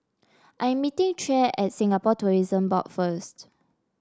I am meeting Tre at Singapore Tourism Board first